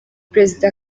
perezida